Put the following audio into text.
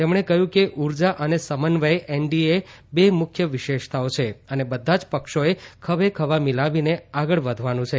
તેમણે કહયું કે ઉર્જા અને સમન્વય એનડીએ બે મુખ્ય વિશેષતાઓ છે અને બધા જ પક્ષોએ ખભે ખભા મીલાવીને આગળ વધવાનું છે